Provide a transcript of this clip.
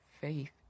faith